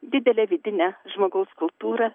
didelę vidinę žmogaus kultūrą